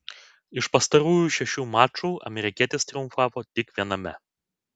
iš pastarųjų šešių mačų amerikietis triumfavo tik viename